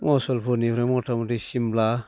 मुसलपुरनिफ्राय मथा मथि सिमला